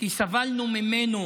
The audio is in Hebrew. כי סבלנו ממנו